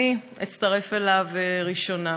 אני אצטרף אליו ראשונה.